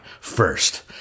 first